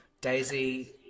Daisy